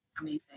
Amazing